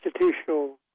institutional